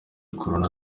corona